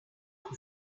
warm